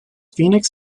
phoenix